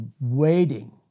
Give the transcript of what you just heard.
waiting